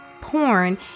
porn